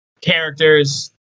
characters